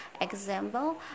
Example